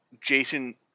Jason